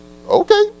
okay